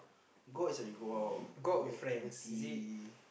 go as in you go out go activity